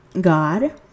God